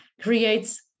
creates